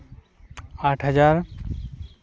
ᱟᱴ ᱦᱟᱡᱟᱨ